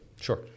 Sure